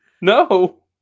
No